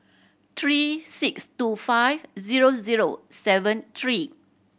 three six two five zero zero seven three